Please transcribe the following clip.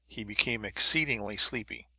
he became exceedingly sleepy,